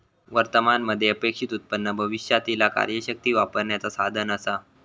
वर्तमान मध्ये अपेक्षित उत्पन्न भविष्यातीला कार्यशक्ती वापरण्याचा साधन असा